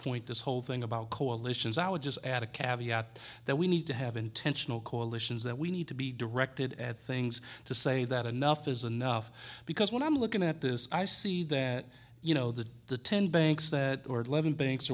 point this whole thing about coalitions i would just add a cavity at that we need to have intentional coalitions that we need to be directed at things to say that enough is enough because when i'm looking at this i see that you know that the ten banks that are living banks